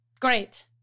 Great